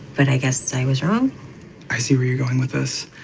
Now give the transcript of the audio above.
but i guess i was wrong i see where you're going with this.